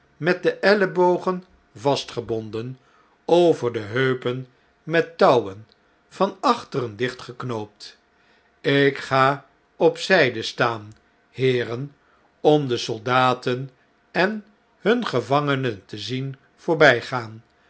met de ellebogen vastgebonden over de heupen met touwen van achteren dichtgeknoopt ik ga op zjjde staan heeren om de soldaten en hun gevangene te zien voorbjjgaan